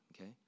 okay